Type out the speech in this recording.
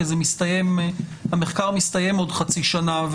כי המחקר מסתיים עוד חצי שנה,